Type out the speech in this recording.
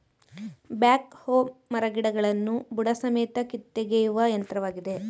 back ಹೋ ಮರಗಿಡಗಳನ್ನು ಬುಡಸಮೇತ ಕಿತ್ತೊಗೆಯುವ ಯಂತ್ರವಾಗಿದೆ